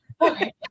okay